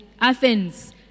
Athens